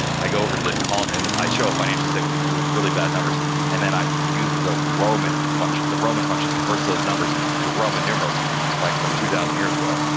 i go over to the content of, i show a financial, say with with really bad numbers and then i use the roman function the roman function converts those numbers to roman numerals like, from two thousand years ago.